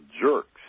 jerks